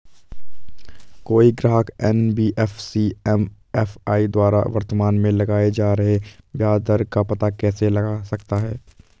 कोई ग्राहक NBFC MFI द्वारा वर्तमान में लगाए जा रहे ब्याज दर का पता कैसे लगा सकता है?